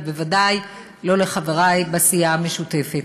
ובוודאי לא לחברי בסיעה המשותפת.